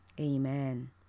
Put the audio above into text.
amen